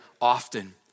often